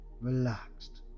relaxed